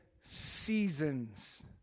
seasons